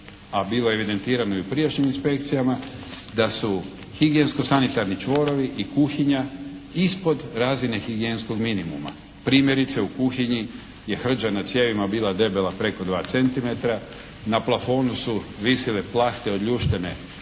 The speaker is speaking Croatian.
a bilo je evidentirano i u prijašnjim inspekcijama da su higijensko-sanitarni čvorovi i kuhinja ispod razine higijenskog minimuma. Primjerice u kuhinji je hrđa na cijevima bila debela preko 2 centimetra, na plafonu su visjele plahte odljuštene